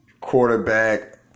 quarterback